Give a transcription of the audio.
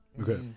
Okay